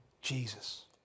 Jesus